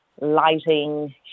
lighting